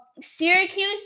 Syracuse